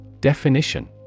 Definition